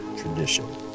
tradition